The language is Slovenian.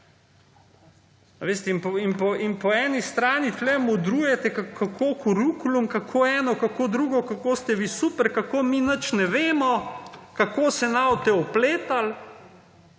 in po eni strani tukaj modrujete kako kurikulum, kako eno kako drugo, kako ste vi super, kako mi nič ne vemo, kako se ne boste vpletali.